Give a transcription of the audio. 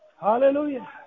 Hallelujah